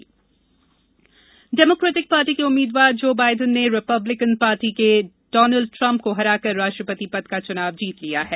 अमरीका च्नाव परिणाम Democratic Party के उम्मीदवार जो बाइडेन ने रिपब्लिकन पार्टी के डॉनल्ड ट्रंप को हराकर राष्ट्रपति पद का चुनाव जीत लिया है